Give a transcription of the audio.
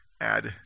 add